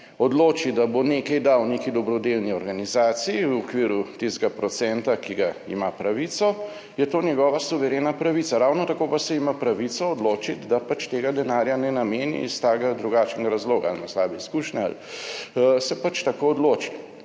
odloči da bo nekaj dal neki dobrodelni organizaciji v okviru tistega procenta, ki ga ima pravico, je to njegova suverena pravica. Ravno tako pa se ima pravico odločiti, da tega denarja ne nameni iz takega ali drugačnega razloga ali ima slabe izkušnje ali se pač tako odloči.